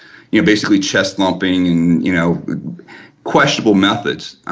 you know basically just not being you know questionable methods.